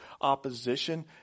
opposition